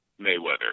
Mayweather